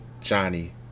Johnny